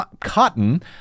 Cotton